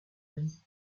vie